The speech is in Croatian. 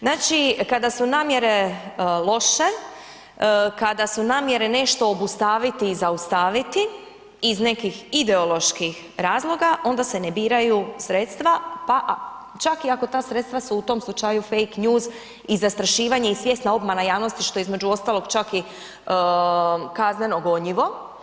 Znači kada su namjere loše, kada su namjere nešto obustaviti i zaustaviti iz nekih ideoloških razloga onda se ne biraju sredstva pa čak i ako ta sredstva su u tom slučaju fake news i zastrašivanje i svjesna obmana javnosti što između ostalog je čak i kazneno gonjivo.